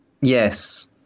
Yes